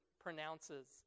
pronounces